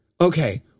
okay